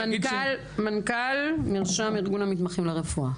מנכ"ל מרשם ארגון המתמחים לרפואה.